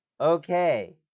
Okay